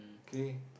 okay